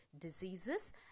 diseases